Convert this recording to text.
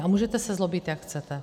A můžete se zlobit, jak chcete.